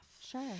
sure